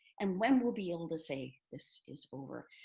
and when we'll be able to say this is over.